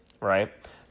right